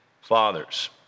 fathers